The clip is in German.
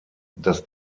das